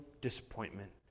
disappointment